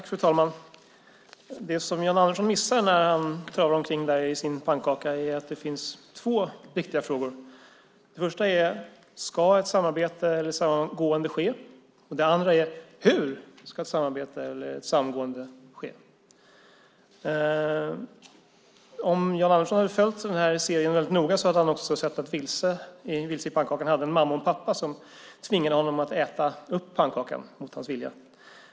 Fru talman! Det Jan Andersson missar när han travar omkring i sin pannkaka är att det finns två viktiga frågor. Den första är: Ska ett samarbete eller ett samgående ske? Den andra är: Hur ska ett samarbete eller ett samgående ske? Om Jan Andersson hade följt serien väldigt noga hade han också sett att Vilse i Vilse i pannkakan hade en mamma och en pappa som tvingade honom att äta upp pannkakan mot hans vilja.